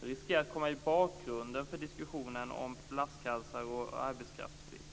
Den riskerar att komma i bakgrunden för diskussionen om flaskhalsar och arbetskraftsbrist.